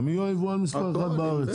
ברור, נו, הם יהיו היבואן מספר אחת בארץ.